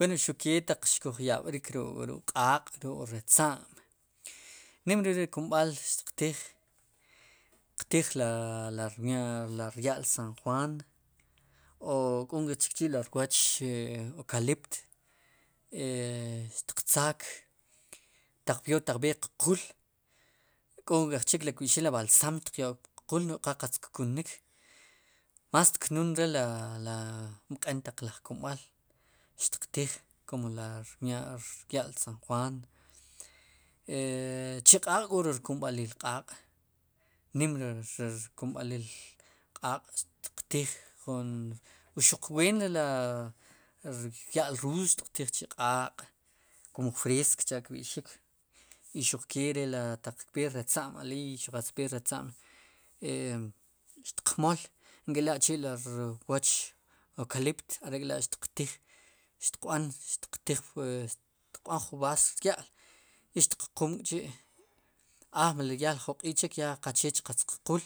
Wen xuke taq xkuj yab'rik ruk'q'aaq' ruk'ratza'm nim re ri kumb'al xtiqtiij xtiq tiij ri rmya'rya'l sanjuaan o k'o nk'ejchik chikchi' la rwooch eukalipte xtiq tzaak peor taq b'eer qquul k'o nk'ej chik ri kb'ixik ri b'alsam xtiq yo'k puq quul no'j qa qatz kkunnik más tknun re la la mq'en taq laj kumb'al kum li rmya' rya'l sanjuan e cheq'aaq'k'o re rkumb'alil q'aaq' nim re rkumb'alil q'aaq' xtiq tiij jun o xuq ween re la rya'l ruud xtiq tiij chi q'aaq' kum freesk cha'kb'i'xik i xuq ke re ataq kperatza'm aleey xuqatz b'eer ratza'm e xtiq mool la chi' ri rwooch eukalip are'k'la' xtiq tiij xtiq b'an xtiqtiij xtiqb'an jun b'aas ya' i xtiq quum k'chi' a meli ya jun q'iij chik qaqchee qatz qquul